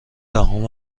دهم